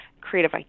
creative